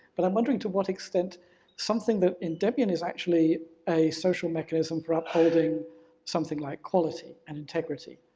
but i'm wondering to what extent something that in debian is actually a social mechanism for upholding something like quality and integrity,